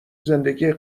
زندگی